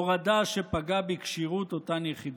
הורדה שפגעה בכשירות אותן יחידות.